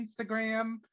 Instagram